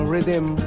rhythm